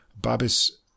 Babis